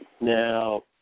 Now